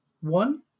one